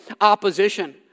opposition